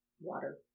water